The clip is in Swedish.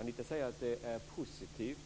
Anita säger att det är positivt